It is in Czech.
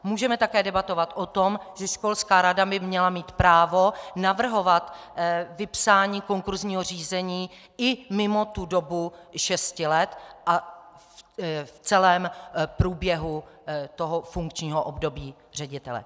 Můžeme také debatovat o tom, že školská rada by měla mít právo navrhovat vypsání konkursního řízení i mimo tu dobu šesti let a v celém průběhu celého funkčního období ředitele.